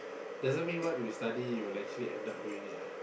doesn't mean what we study will actually end up doing it lah